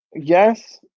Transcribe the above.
yes